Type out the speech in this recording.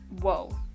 Whoa